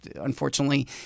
unfortunately